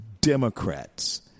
Democrats